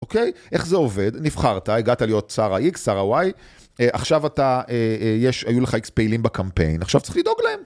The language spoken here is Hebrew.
אוקיי? איך זה עובד? נבחרת, הגעת להיות שר ה-X, שר ה-Y, עכשיו אתה, יש, היו לך X פעילים בקמפיין, עכשיו צריך לדאוג להם.